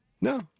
No